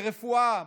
ברפואה,